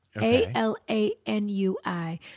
A-L-A-N-U-I